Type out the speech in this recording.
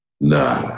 Nah